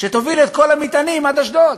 שתוביל את כל המטענים עד אשדוד.